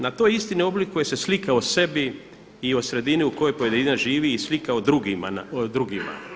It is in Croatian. Na toj istini oblikuje se slika o sebi i o sredini u kojoj pojedinac živi i slika o drugima.